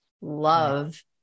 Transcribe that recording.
love